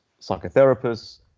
psychotherapists